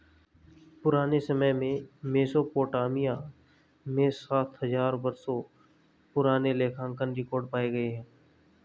पुराने समय में मेसोपोटामिया में सात हजार वर्षों पुराने लेखांकन रिकॉर्ड पाए गए हैं